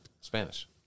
Spanish